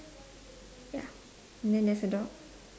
ya and then there's a dog